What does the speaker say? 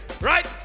right